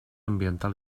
ambiental